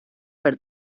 per